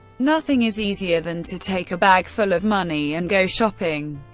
nothing is easier than to take a bag full of money and go shopping.